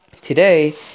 today